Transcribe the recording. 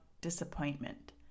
disappointment